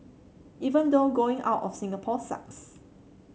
even though going out of Singapore sucks